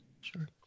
Sure